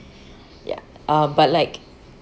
ya uh but like